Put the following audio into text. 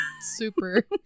super